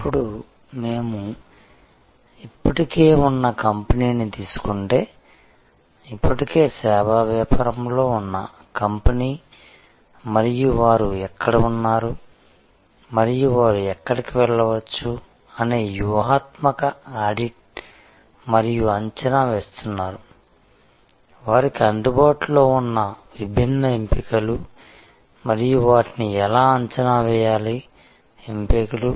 png ఇప్పుడు మేము ఇప్పటికే ఉన్న కంపెనీని తీసుకుంటే ఇప్పటికే సేవా వ్యాపారంలో ఉన్న కంపెనీ మరియు వారు ఎక్కడ ఉన్నారు మరియు వారు ఎక్కడికి వెళ్ళవచ్చు అనే వ్యూహాత్మక ఆడిట్ మరియు అంచనా వేస్తున్నారు వారికి అందుబాటులో ఉన్న విభిన్న ఎంపికలు మరియు వాటిని ఎలా అంచనా వేయాలి ఎంపికలు